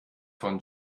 von